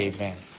Amen